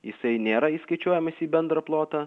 jisai nėra įskaičiuojamas į bendrą plotą